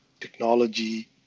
technology